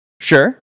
Sure